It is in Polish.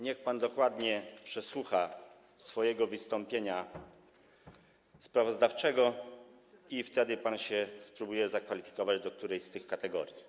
Niech pan dokładnie przesłucha swoje wystąpienie sprawozdawcze i wtedy niech się pan spróbuje zakwalifikować do którejś z tych kategorii.